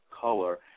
color